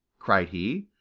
cried he.